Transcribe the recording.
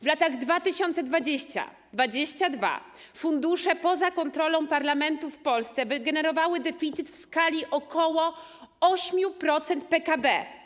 W latach 2020-2022 fundusze poza kontrolą parlamentu w Polsce wygenerowały deficyt w skali ok. 8% PKB.